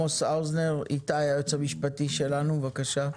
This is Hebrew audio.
איתי, היועץ המשפטי של הוועדה בבקשה.